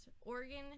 Oregon